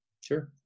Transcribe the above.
Sure